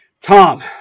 Tom